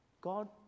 God